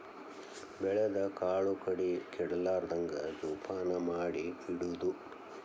ಬೆಳದ ಕಾಳು ಕಡಿ ಕೆಡಲಾರ್ದಂಗ ಜೋಪಾನ ಮಾಡಿ ಇಡುದು